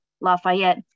Lafayette